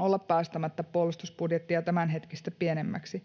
olla päästämättä puolustusbudjettia tämänhetkistä pienemmäksi.